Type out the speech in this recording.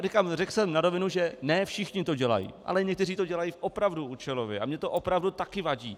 Říkám, řekl jsem na rovinu, že ne všichni to dělají, ale někteří to dělají opravdu účelově a mně to opravdu taky vadí.